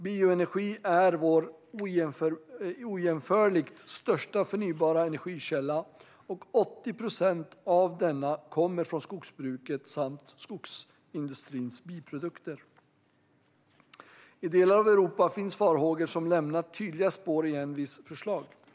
Bioenergi är vår ojämförligt största förnybara energikälla, och 80 procent av denna kommer från skogsbruket samt skogsindustrins biprodukter. I delar av Europa finns farhågor som lämnat tydliga spår i ENVI:s förslag.